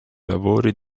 lavori